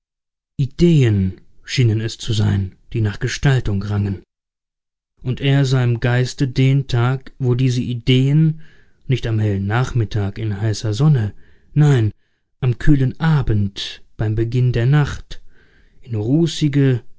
ideen schienen es zu sein die nach gestaltung rangen und er sah im geiste den tag wo diese ideen nicht am hellen nachmittag in heißer sonne nein am kühlen abend beim beginn der nacht in rußige